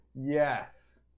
Yes